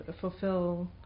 fulfill